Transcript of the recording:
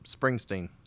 springsteen